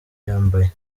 yambaye